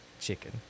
chicken